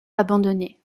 abandonnés